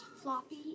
floppy